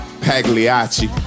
Pagliacci